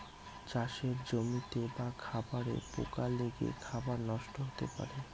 চাষের জমিতে বা খাবারে পোকা লেগে খাবার নষ্ট হতে পারে